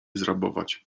zrabować